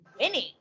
winning